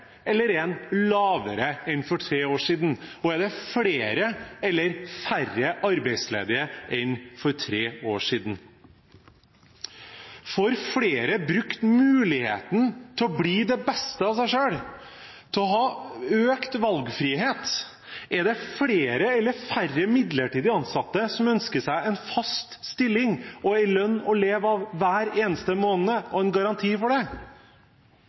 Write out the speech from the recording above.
eller lavere enn den var for tre år siden? Og er det flere eller færre arbeidsledige enn for tre år siden? Får flere brukt muligheten til å bli det beste av seg selv og til å ha økt valgfrihet? Er det flere eller færre midlertidig ansatte som ønsker seg en fast stilling og en lønn å leve av hver eneste måned, og en garanti for det?